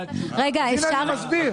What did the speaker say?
אני מסביר.